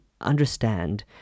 understand